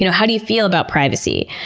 you know how do you feel about privacy?